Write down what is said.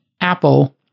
Apple